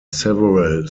several